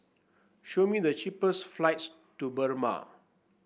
show me the cheapest flights to Burma